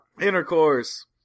Intercourse